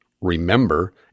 remember